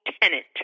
tenant